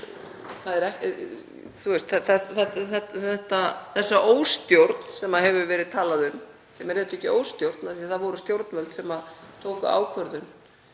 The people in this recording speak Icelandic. umræðu, þessa óstjórn sem hefur verið talað um, sem er auðvitað ekki óstjórn því að það voru stjórnvöld sem tóku ákvörðun